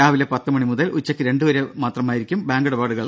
രാവിലെ പത്ത് മണി മുതൽ ഉച്ചക്ക് രണ്ടുവരെ മാത്രമായിരിക്കും ബാങ്കിടപാടുകൾ